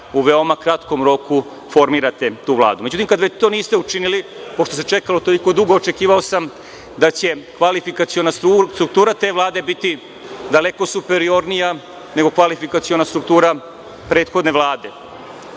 u veoma kratkom roku formirate tu Vladu.Međutim, kada već to niste učinili, pošto se čekalo toliko dugo, očekivao sam da će kvalifikaciona struktura te Vlade biti daleko superiornija nego kvalifikaciona struktura prethodne Vlade.